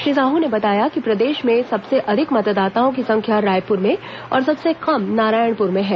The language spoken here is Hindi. श्री साह ने बताया कि प्रदेश में सबसे अधिक मतदाताओं की संख्या रायपुर में और सबसे कम नारायणपुर में है